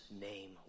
name